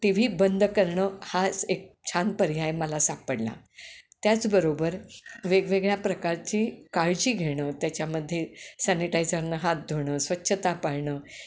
T V बंद करणं हाच एक छान पर्याय मला सापडला त्याचबरोबर वेगवेगळ्या प्रकारची काळजी घेणं त्याच्यामध्ये सॅनिटायझरनं हात धुणं स्वच्छता पाळणं